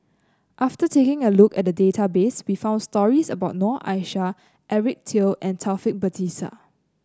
after taking a look at the database we found stories about Noor Aishah Eric Teo and Taufik Batisah